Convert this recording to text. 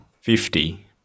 Fifty